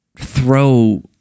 throw